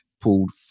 pulled